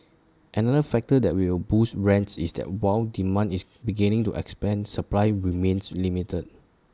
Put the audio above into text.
another factor that will boost rents is that while demand is beginning to expand supply remains limited